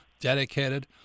dedicated